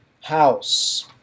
house